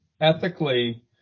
ethically